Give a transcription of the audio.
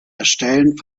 erstellen